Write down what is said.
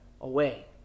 away